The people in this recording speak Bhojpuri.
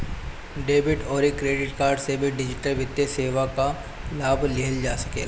डेबिट अउरी क्रेडिट कार्ड से भी डिजिटल वित्तीय सेवा कअ लाभ लिहल जा सकेला